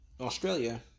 australia